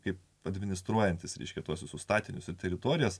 kaip administruojantys reiškia tuos statinius teritorijas